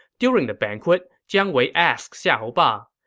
during the banquet, jiang wei asked xiahou ba,